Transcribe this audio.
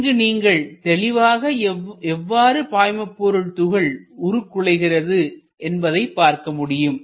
இங்கு நீங்கள் தெளிவாக எவ்வாறு பாய்மபொருள் துகள் உருகுலைகிறது என்பதை பார்க்க முடியும்